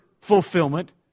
fulfillment